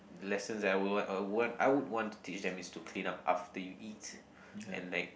lesson that I will want I would want I would want to teach them is to clean up after you eat and like